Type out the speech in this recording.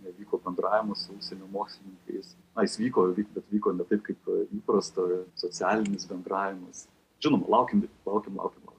nevyko bendravimu su užsienio mokslininkais na jis vyko bet vyko ne taip kaip įprasta socialinis bendravimas žinoma laukiam laukiam laukiam laukiam